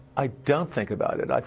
i don't think about it. like